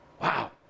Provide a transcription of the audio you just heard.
Wow